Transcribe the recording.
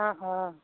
অঁ অঁ